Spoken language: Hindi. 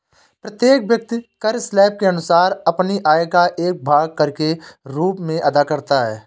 प्रत्येक व्यक्ति कर स्लैब के अनुसार अपनी आय का एक भाग कर के रूप में अदा करता है